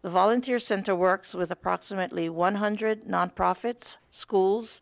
the volunteer center works with approximately one hundred nonprofits schools